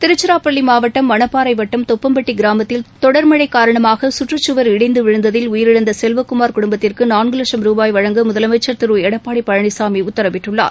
திருச்சிராப்பள்ளி மாவட்டம் மணப்பாறை வட்டம் தொப்பம்பட்டி கிராமத்தில் தொடர் மழை காரணமாக கற்றுக்கவர் இடிந்து விழுந்ததில் உயிரிழந்த செல்வக்குமார் குடும்பத்திற்கு நான்கு வட்சும் ரூபாய் வழங்க முதலமைச்சர் திரு எடப்பாடி பழனிசாமி உத்தரவிட்டுள்ளார்